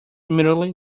immediately